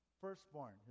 firstborn